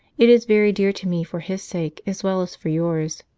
it is very dear to me for his sake as well as for yours.